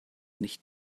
nicht